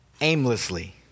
aimlessly